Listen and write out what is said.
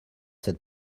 cette